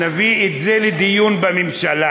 ונביא את זה לדיון בממשלה.